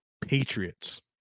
Patriots